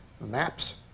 maps